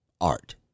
art